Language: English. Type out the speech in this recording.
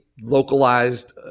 localized